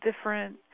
different